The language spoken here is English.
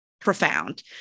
profound